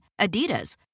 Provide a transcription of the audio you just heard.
Adidas